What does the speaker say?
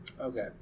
Okay